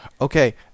Okay